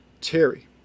Terry